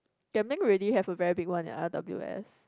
Gambling already have a very big one at r_w_s